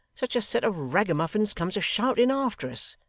such a set of ragamuffins comes a-shouting after us,